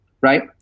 Right